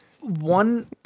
one